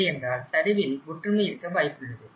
இல்லையென்றால் சரிவில் ஒற்றுமை இருக்க வாய்ப்புள்ளது